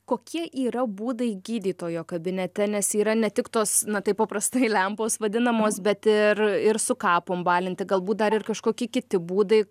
kokie yra būdai gydytojo kabinete nes yra ne tik tos na taip paprastai lempos vadinamos bet ir ir su kapom balinti galbūt dar ir kažkokie kiti būdai